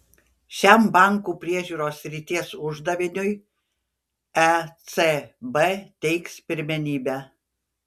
šiam bankų priežiūros srities uždaviniui ecb teiks pirmenybę